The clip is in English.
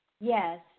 Yes